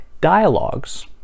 Dialogues